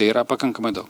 tai yra pakankamai daug